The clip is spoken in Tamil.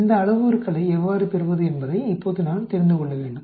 இந்த அளவுருக்களை எவ்வாறு பெறுவது என்பதை இப்போது நான் தெரிந்து கொள்ள வேண்டும்